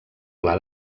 pla